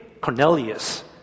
Cornelius